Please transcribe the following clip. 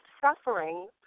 suffering